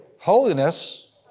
Holiness